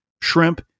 shrimp